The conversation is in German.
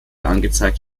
angezeigt